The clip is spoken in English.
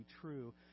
true